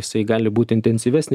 jisai gali būt intensyvesnis